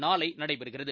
நாளை நடைபெறுகிறது